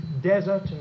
desert